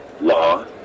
law